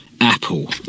apple